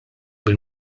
bil